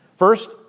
First